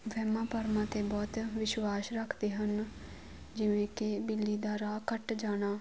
ਵਹਿਮਾਂ ਭਰਮਾਂ 'ਤੇ ਬਹੁਤ ਵਿਸ਼ਵਾਸ ਰੱਖਦੇ ਹਨ ਜਿਵੇਂ ਕਿ ਬਿੱਲੀ ਦਾ ਰਾਹ ਕੱਟ ਜਾਣਾ